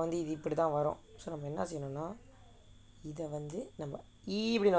only இப்படி தான் வரோம் என்ன செய்யனும்:ippadi thaan varom